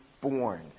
born